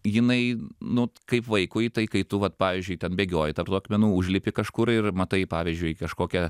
jinai nu kaip vaikui tai kai tu vat pavyzdžiui ten bėgioji tarp tų akmenų užlipi kažkur ir matai pavyzdžiui kažkokią